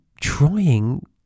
trying